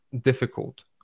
difficult